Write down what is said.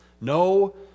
no